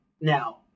Now